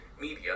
media